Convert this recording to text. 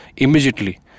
immediately